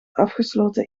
afgesloten